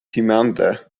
timante